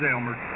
Elmer